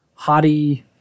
hottie